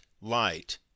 light